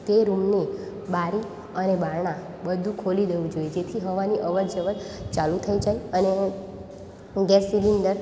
તે રૂમની બારી અને બારણાં બધ્ધું ખોલી દેવું જોઈએ જેથી હવાની અવરજવર ચાલુ થાય જાય અને ગેસ સિલેન્ડર